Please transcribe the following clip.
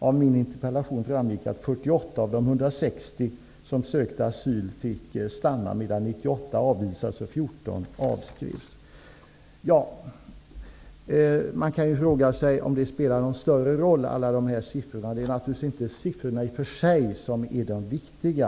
Av min interpellation framgick det att 48 av de 160 Man kan fråga sig om alla dessa siffror spelar någon större roll. Det är naturligtvis inte siffrorna i sig som är det viktiga.